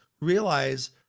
realize